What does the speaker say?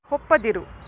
ಒಪ್ಪದಿರು